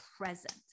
present